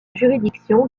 juridiction